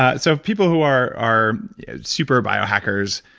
ah so, if people who are are super bio hackers,